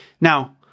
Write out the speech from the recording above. Now